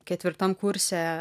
ketvirtam kurse